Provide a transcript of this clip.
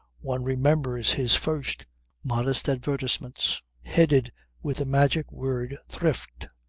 one remembers his first modest advertisements headed with the magic word thrift,